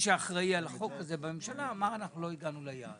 ומי שאחראי על החוק הזה בממשלה אמר: "אנחנו לא הגענו ליעד".